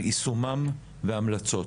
על יישומם וההמלצות.